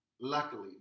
Luckily